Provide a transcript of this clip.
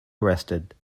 arrested